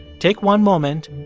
take one moment,